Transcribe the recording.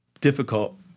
Difficult